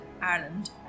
Ireland